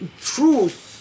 truth